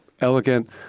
elegant